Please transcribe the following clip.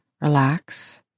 relax